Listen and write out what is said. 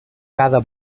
cada